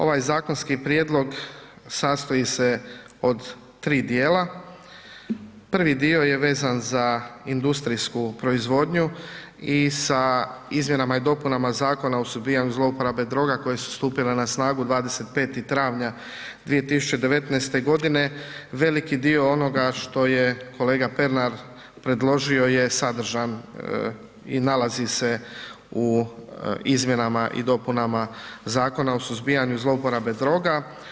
Ovaj zakonski prijedlog sastoji se od 3 dijela, prvi dio je vezan za industrijsku proizvodnju i sa izmjenama i dopunama Zakona o suzbijanju zlouporabe droga koje su stupile na snagu 25. travnja 2019.g. veliki dio onoga što je kolega Pernar predložio je sadržan i nalazi se u izmjenama i dopunama Zakona o suzbijanju zlouporabe droga.